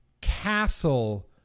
Castle